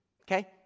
okay